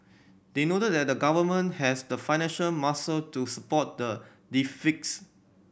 they noted that the Government has the financial muscle to support the deficits